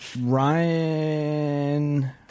Ryan